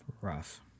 Rough